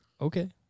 Okay